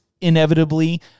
inevitably